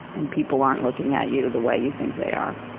and people aren't looking at you the way you think they are.